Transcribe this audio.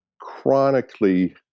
chronically